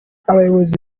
abayobozi